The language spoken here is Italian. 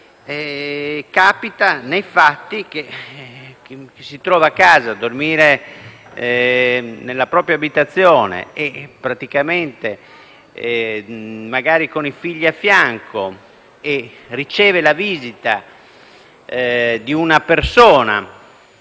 fatti capita che chi si trova a casa a dormire nella propria abitazione, magari con i figli a fianco, e riceve la visita di una persona,